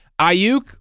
Ayuk